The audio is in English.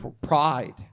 pride